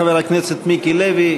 חבר הכנסת מיקי לוי,